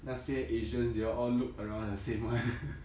那些 asians they all all look around the same [one]